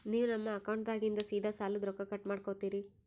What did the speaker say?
ನೀವು ನಮ್ಮ ಅಕೌಂಟದಾಗಿಂದ ಸೀದಾ ಸಾಲದ ರೊಕ್ಕ ಕಟ್ ಮಾಡ್ಕೋತೀರಿ?